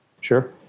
Sure